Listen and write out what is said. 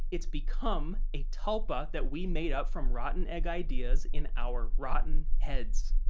it's become a tulpa that we made up from rotten egg ideas in our rotten heads.